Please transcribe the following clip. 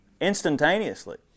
Instantaneously